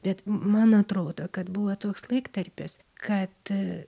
bet man atrodo kad buvo toks laiktarpis kad